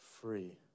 free